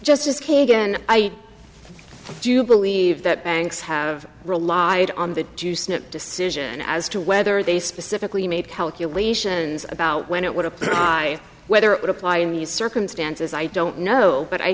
justice kagan i do believe that banks have relied on that to snip decision as to whether they specifically made calculations about when it would apply whether it would apply in these circumstances i don't know but i